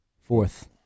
fourth